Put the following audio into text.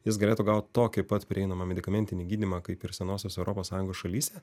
jis galėtų gaut tokį pat prieinama medikamentinį gydymą kaip ir senosios europos sąjungos šalyse